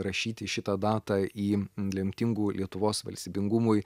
rašyti šitą datą į lemtingų lietuvos valstybingumui